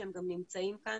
שהם גם נמצאים כאן,